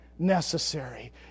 Necessary